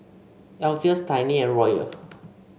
Alpheus Tiny and Royal